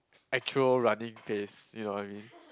actual running face you know what I mean